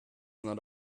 not